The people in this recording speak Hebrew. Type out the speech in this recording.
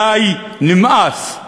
די, נמאס.